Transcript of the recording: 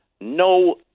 no